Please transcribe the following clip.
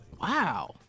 Wow